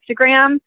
Instagram